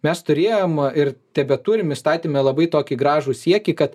mes turėjom ir tebeturim įstatyme labai tokį gražų siekį kad